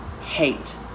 hate